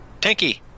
Tanky